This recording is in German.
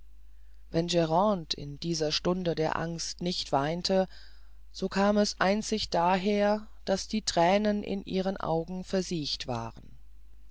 wenn grande in dieser stunde der angst nicht weinte so kam es einzig daher daß die thränen in ihren augen versiecht waren